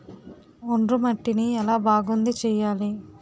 ఒండ్రు మట్టిని ఎలా బాగుంది చేయాలి?